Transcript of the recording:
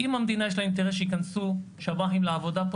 אם למדינה יש אינטרס שייכנסו שב"חים לעבודה פה,